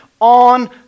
on